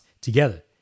together